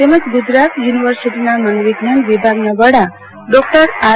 તેમજ ગુજરાત યુનિવસોટીના મનોવૈજ્ઞાન વિભાગના વડા ડોકટર આર